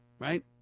Right